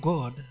God